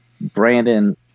Brandon